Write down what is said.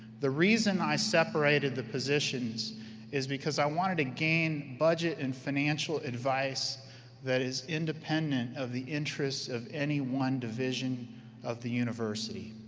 the reason i separated the positions is because i wanted to gain budget and financial advice that is independent of the interests of any one division of the university.